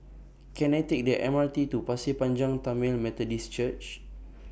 Can I Take The M R T to Pasir Panjang Tamil Methodist Church